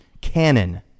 canon